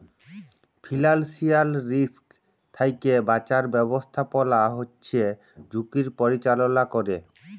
financial risk থ্যাইকে বাঁচার ব্যবস্থাপলা হছে ঝুঁকির পরিচাললা ক্যরে